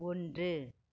ஒன்று